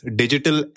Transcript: digital